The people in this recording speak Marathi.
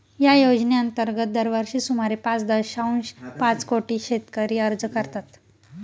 या योजनेअंतर्गत दरवर्षी सुमारे पाच दशांश पाच कोटी शेतकरी अर्ज करतात